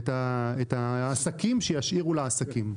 ואת העסקים שישאירו לעסקים.